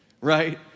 right